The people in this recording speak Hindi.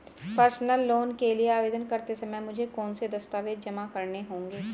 पर्सनल लोन के लिए आवेदन करते समय मुझे कौन से दस्तावेज़ जमा करने होंगे?